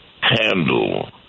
handle